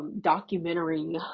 documentary